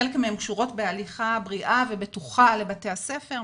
חלק מהן קשורות בהליכה בריאה ובטוחה לבתי הספר,